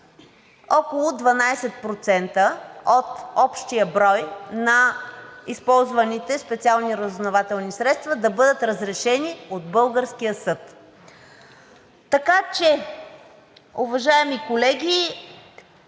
около 12% от общия брой на използваните специални разузнавателни средства да бъдат разрешени от българския съд. Така че, уважаеми колеги,